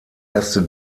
erste